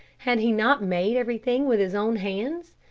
had he not made everything with his own hands?